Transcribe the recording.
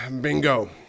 Bingo